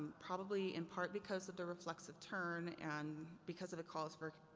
probably in part because of the reflexive turn and because of the calls for,